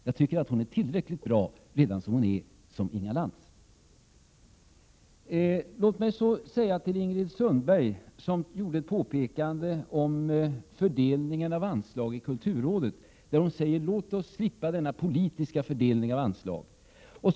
Jag tycker att hon är tillräckligt bra redan som Inga Lantz. Ingrid Sundberg gjorde ett påpekande om fördelningen av anslaget i kulturrådet. Hon säger: Låt oss slippa denna politiska fördelning av anslaget.